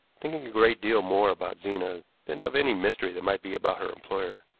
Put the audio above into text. thinking a great deal more about zena than of any mystery there might be about her employer.